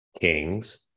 Kings